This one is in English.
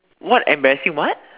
what embarrassing what